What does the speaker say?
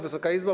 Wysoka Izbo!